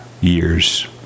years